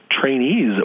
trainees